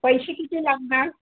पैसे किती लागणार